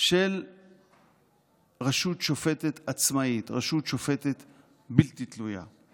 של רשות שופטת עצמאית, רשות שופטת בלתי תלויה.